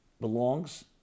belongs